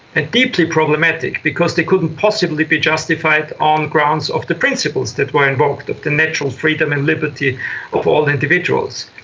and deeply problematic because they couldn't possibly be justified on grounds of the principles that were invoked of the natural freedom and liberty of all individuals.